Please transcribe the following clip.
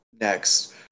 next